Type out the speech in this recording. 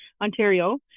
ontario